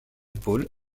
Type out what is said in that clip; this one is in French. ball